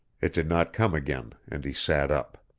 it did not come again and he sat up.